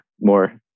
more